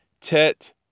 Tet